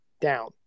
down